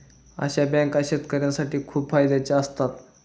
अशा बँका शेतकऱ्यांसाठी खूप फायद्याच्या असतात